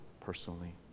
personally